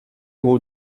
vous